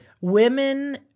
women